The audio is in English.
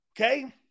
Okay